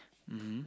mmhmm